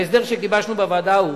ההסדר שגיבשנו בוועדה הוא